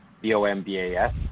B-O-M-B-A-S